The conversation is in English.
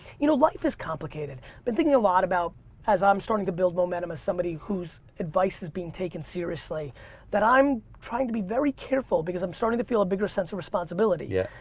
you know life is complicated. been thinking a lot about as i'm starting to build momentum as somebody who's advice is being taken seriously that i'm trying to be very careful because i'm starting feel a bigger sense of responsibility. yeah.